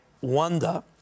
wonder